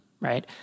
right